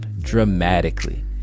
dramatically